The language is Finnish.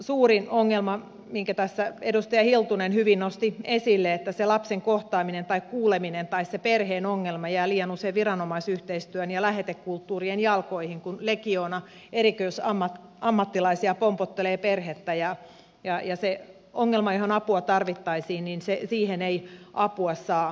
suurin ongelma minkä tässä edustaja hiltunen hyvin nosti esille on se että se lapsen kohtaaminen tai kuuleminen tai se perheen ongelma jää liian usein viranomaisyhteistyön ja lähetekulttuurin jalkoihin kun legioona erikoisammattilaisia pompottelee perhettä ja siihen ongelmaan johon apua tarvittaisiin ei apua saa